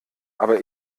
aber